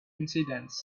incidents